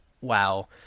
wow